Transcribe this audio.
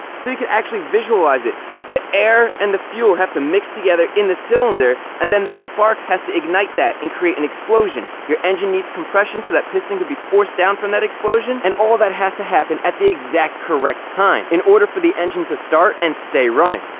so you can actually visualize it the air and the fuel have to mix together in the cylinder, and then the spark has to ignite that and create an explosion. your engine needs compression so that piston can be forced down from that explosion and all that has to happen at the exact correct time in order for the engine to start and stay running.